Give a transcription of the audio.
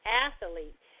athlete